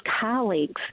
colleagues